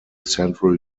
central